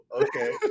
Okay